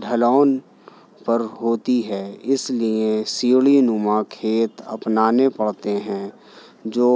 ڈھلان پر ہوتی ہے اس لیے سیڑھی نما کھیت اپنانے پڑتے ہیں جو